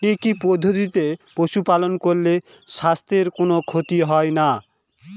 কি কি পদ্ধতিতে পশু পালন করলে স্বাস্থ্যের কোন ক্ষতি হয় না?